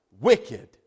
wicked